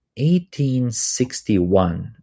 1861